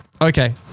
Okay